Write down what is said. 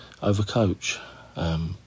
overcoach